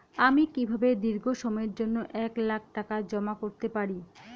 আমি কিভাবে দীর্ঘ সময়ের জন্য এক লাখ টাকা জমা করতে পারি?